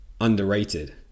underrated